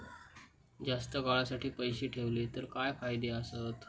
जास्त काळासाठी पैसे ठेवले तर काय फायदे आसत?